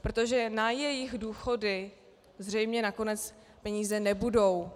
Protože na jejich důchody zřejmě nakonec peníze nebudou.